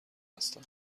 هستم